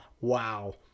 wow